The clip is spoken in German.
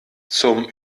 zum